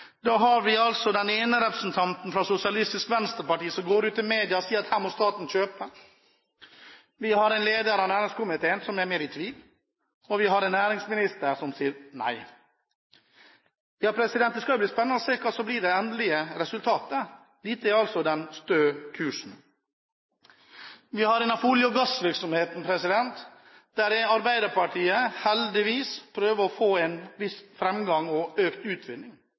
da er det jo svært spesielt, det vi har sett de siste dager knyttet til eventuell hjelp eller oppkjøp, alt ettersom, av selskapet REC. Vi har altså den ene representanten fra Sosialistisk Venstreparti som går ut i media og sier at her må staten kjøpe, vi har en leder av næringskomiteen som er mer i tvil, og vi har en næringsminister som sier nei. Det skal bli spennende å se hva som blir det endelige resultatet. Dette er altså den stø kursen. Innenfor olje- og gassvirksomheten prøver